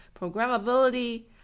programmability